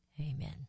amen